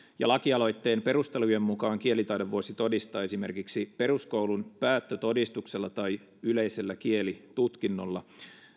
lakialoitteen perustelujen mukaan kielitaidon voisi todistaa esimerkiksi peruskoulun päättötodistuksella tai yleisellä kielitutkinnolla